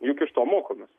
juk iš to mokomės